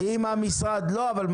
זה בתוך החוק.